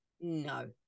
no